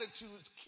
attitudes